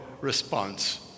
response